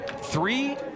Three